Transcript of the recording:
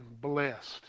blessed